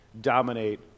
dominate